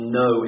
no